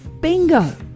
Bingo